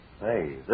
Hey